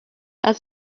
and